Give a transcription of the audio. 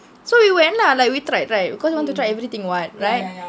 so we went lah like we try it right because you want to try everything [what] right